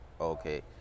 okay